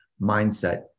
mindset